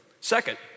Second